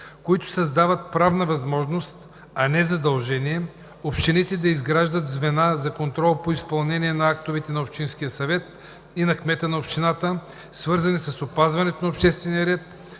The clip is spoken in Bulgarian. които създават правна възможност, а не задължение общините да изграждат звена за контрол по изпълнението на актовете на общинския съвет и на кмета на общината, свързани с опазването на обществения ред,